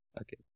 Okay